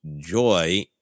joy